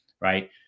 Right